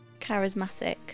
Charismatic